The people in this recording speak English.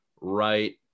right